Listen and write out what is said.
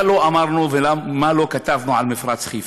מה לא אמרנו ומה לא כתבנו על מפרץ חיפה?